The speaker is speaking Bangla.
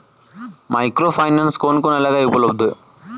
মাইক্রো ফাইন্যান্স কোন কোন এলাকায় উপলব্ধ?